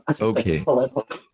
Okay